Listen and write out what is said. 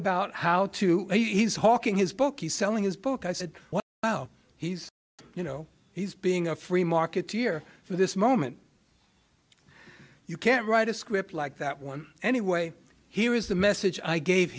about how to he's hawking his book is selling his book i said well he's you know he's being a free marketeer for this moment you can't write a script like that one anyway here is the message i gave